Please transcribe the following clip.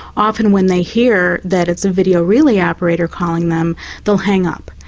often when they hear that it's a video relay operator calling them they'll hang up,